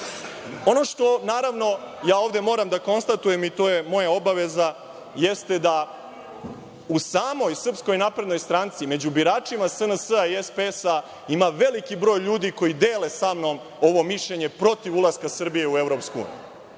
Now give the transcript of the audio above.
što, naravno, ja ovde moram da konstatujem i to je moja obaveza, jeste da u samoj Srpskoj naprednoj stranci i među biračima SNS-a i SPS-a ima veliki broj ljudi koji dele sa mnom ovo mišljenje, protiv ulaska Srbije u Evropsku uniju.